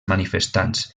manifestants